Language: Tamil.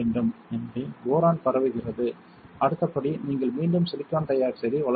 எனவே போரான் பரவுகிறது அடுத்த படி நீங்கள் மீண்டும் சிலிக்கான் டை ஆக்சைடை வளர்க்கிறீர்கள்